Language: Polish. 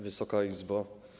Wysoka Izbo!